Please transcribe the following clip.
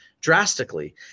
drastically